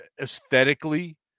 aesthetically